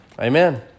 Amen